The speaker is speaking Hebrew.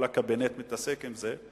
כל הקבינט מתעסק עם זה,